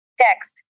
Text